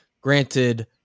Granted